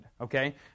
okay